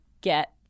get